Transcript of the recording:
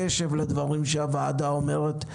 קשב לדברים שהוועדה אומרת,